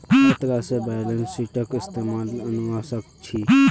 हर तरह से बैलेंस शीटक इस्तेमालत अनवा सक छी